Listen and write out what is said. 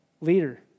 leader